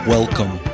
Welcome